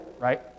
right